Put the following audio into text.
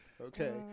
Okay